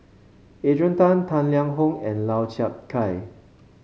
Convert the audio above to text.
Adrian Tan Tang Liang Hong and Lau Chiap Khai